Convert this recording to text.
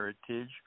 heritage